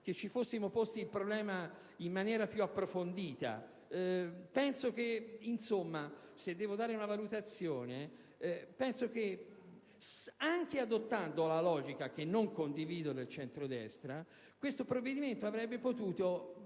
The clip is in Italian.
che ci fossimo posti il problema in maniera più approfondita. Penso che insomma - se devo dare una valutazione - anche adottando la logica del centrodestra che non condivido, questo provvedimento avrebbe potuto